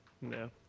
No